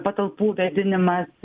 patalpų vėdinimas